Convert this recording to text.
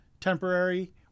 temporary